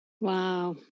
Wow